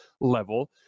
level